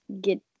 get